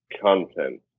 content